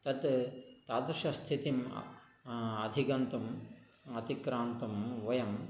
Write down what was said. तत् तादृशस्थितिम् अधिगन्तुम् अतिक्रान्तुं वयं